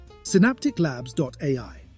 synapticlabs.ai